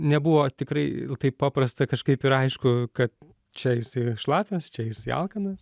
nebuvo tikrai taip paprasta kažkaip ir aišku kad čia jisai šlapias čia jisai alkanas